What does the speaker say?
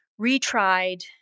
retried